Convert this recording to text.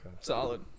Solid